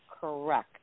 correct